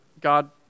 God